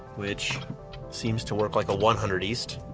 which seems to work like a one hundred east.